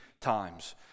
times